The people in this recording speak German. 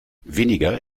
weniger